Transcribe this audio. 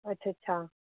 अच्छा अच्छा